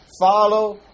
follow